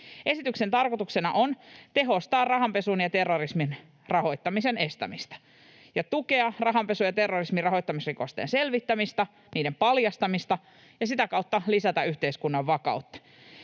Esityksen tarkoituksena on tehostaa rahanpesun ja terrorismin rahoittamisen estämistä ja tukea rahanpesu- ja terrorisminrahoittamisrikosten selvittämistä ja niiden paljastamista ja sitä kautta lisätä yhteiskunnan vakautta